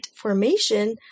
Formation